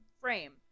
frame